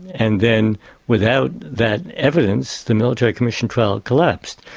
and then without that evidence the military commission trial collapsed.